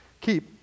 keep